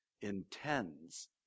intends